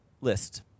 list